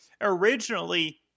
originally